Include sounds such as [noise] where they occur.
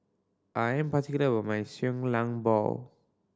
I am particular with my [unintelligible] lang bao